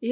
de